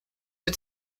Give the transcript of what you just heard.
but